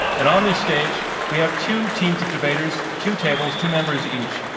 and on this stage we have two teams of debaters, two tables, two members each.